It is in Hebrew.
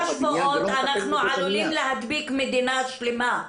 שבועות אנחנו עלולים להדביק מדינה שלמה,